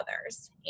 others